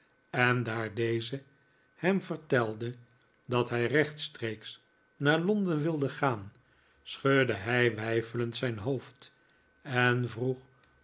en daar deze hem vertelde dat hij rechtstreeks naar londen wilde gaan schudde hij weifelend zijn hoofd en vroeg